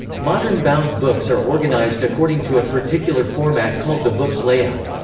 modern bound books are organized according to a particular format called the book's layout.